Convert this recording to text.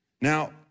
Now